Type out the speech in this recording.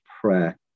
prayer